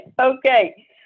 Okay